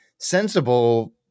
Sensible